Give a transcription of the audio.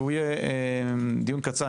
והוא יהיה דיון קצר,